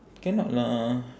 cannot lah